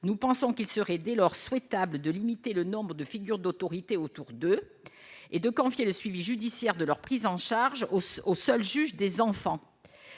nous pensons qu'il serait dès lors souhaitable de limiter le nombre de figures d'autorité autour d'eux et de confier le suivi judiciaire de leur prise en charge au seul juge des enfants,